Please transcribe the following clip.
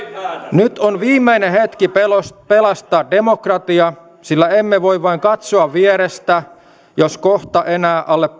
nyt on viimeinen hetki pelastaa pelastaa demokratia sillä emme voi vain katsoa vierestä jos kohta enää alle